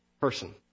person